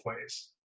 ways